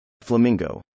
Flamingo